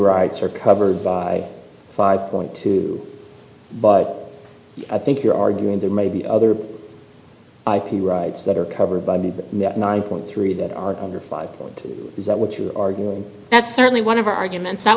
rights are covered by five point two but i think you're arguing there may be other ip rights that are covered by the nine point three that are under five is that what you are going that's certainly one of our arguments that